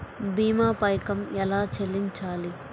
భీమా పైకం ఎలా చెల్లించాలి?